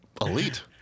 elite